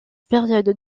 période